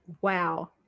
Wow